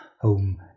home